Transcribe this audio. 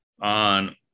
on